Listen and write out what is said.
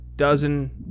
dozen